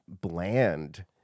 bland